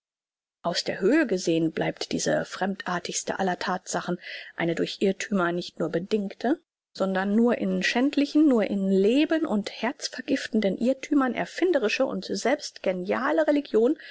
aus der höhe gesehn bleibt diese fremdartigste aller thatsachen eine durch irrthümer nicht nur bedingte sondern nur in schädlichen nur in leben und herzvergiftenden irrthümern erfinderische und selbst geniale religion